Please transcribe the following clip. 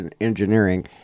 engineering